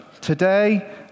Today